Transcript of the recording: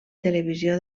televisió